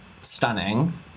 stunning